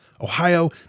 Ohio